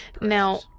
Now